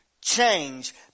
change